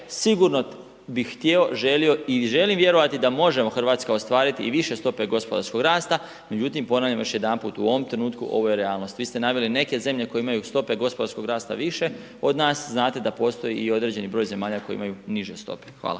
sigurno bih htjeo, želio i želim vjerovati da možemo Hrvatska ostvariti i više stope gospodarskog rasta, no međutim, ponavljam još jedanput, u ovom trenutku ovo je realnost. Vi ste naveli neke zemlje koje imaju stope gospodarskog rasta više od nas, znate da postoji i određeni broj zemalja koje imaju niže stope. Hvala.